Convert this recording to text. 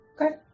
Okay